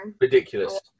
ridiculous